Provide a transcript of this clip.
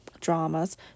dramas